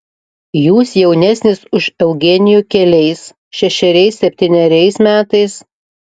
jūs jaunesnis už eugenijų keliais šešeriais septyneriais metais